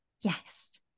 yes